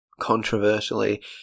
controversially